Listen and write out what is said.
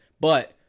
But-